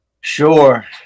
Sure